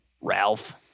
ralph